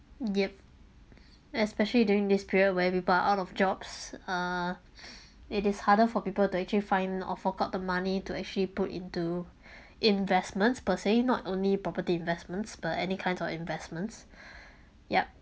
yup especially during this period where people are out of jobs uh it is harder for people to actually find or fork out the money to actually put into investments per se not only property investments but any kind of investments yup